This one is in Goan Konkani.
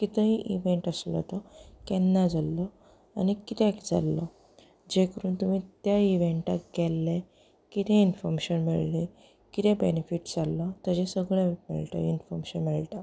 कितेंय इवेंट आसलो तो केन्ना जाल्लो आनी कित्याक जाल्लो जे करून तुमी त्या इवेंटाक गेल्ले कितेें इन्फोमेशन मेळ्ळें कितें बेनिफिट जाल्लो ताचें सगळें मेळटा इन्फोर्मेशन मेळटा